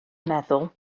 meddwl